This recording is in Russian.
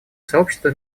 сообщество